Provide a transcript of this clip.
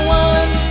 one